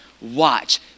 watch